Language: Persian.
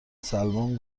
سلمان